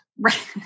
Right